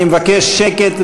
אני מבקש שקט,